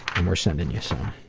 and we're sending you some.